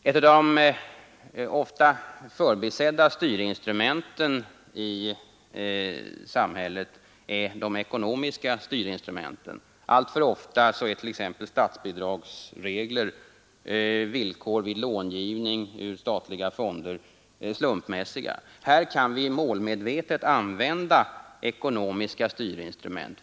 Bland de ofta förbisedda styrinstrumenten i samhället är de ekonomiska. Alltför ofta är t.ex. statsbidragsregler och villkor vid långivning ur statliga fonder slumpmässiga. Här kan vi målmedvetet använda ekonomiska styrinstrument.